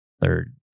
third